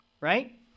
right